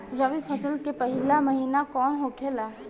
रबी फसल के पहिला महिना कौन होखे ला?